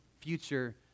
future